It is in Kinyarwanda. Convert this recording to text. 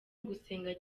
ugusenga